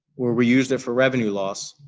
or we used it for revenue loss,